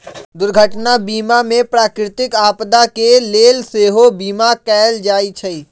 दुर्घटना बीमा में प्राकृतिक आपदा के लेल सेहो बिमा कएल जाइ छइ